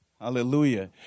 Hallelujah